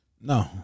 No